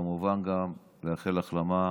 וכמובן גם לאחל החלמה